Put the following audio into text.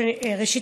ראשית,